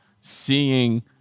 seeing